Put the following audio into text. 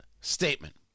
statement